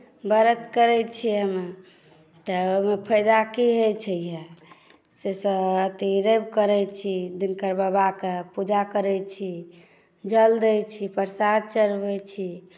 व्रत करैत छियै हमे तऽ ओहिमे फायदा की होइत छै यए से सभ अथि रवि करैत छी दिनकर बाबाके पूजा करैत छी जल दैत छी प्रसाद चढ़बैत छी